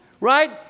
Right